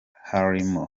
harimo